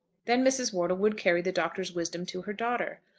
then mrs. wortle would carry the doctor's wisdom to her daughter.